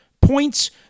Points